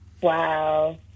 Wow